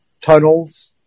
Tunnels